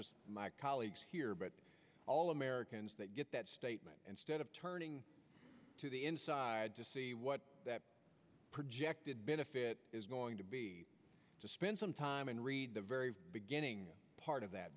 just my colleagues here but all americans that get that statement instead of turning to the inside to see what that projected benefit is going to be to spend some time and read the very beginning part of that